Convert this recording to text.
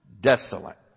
desolate